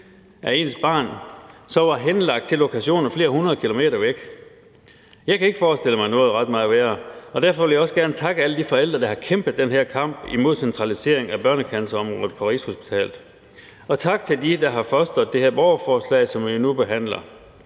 behandling – så var henlagt til lokationer flere hundrede kilometer væk? Jeg kan ikke forestille mig noget ret meget værre, og derfor vil jeg også gerne takke alle de forældre, der har kæmpet den her kamp imod centralisering af børnecancerområdet på Rigshospitalet. Og også tak til dem, der har fostret det her borgerforslag, som vi nu behandler.